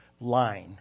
line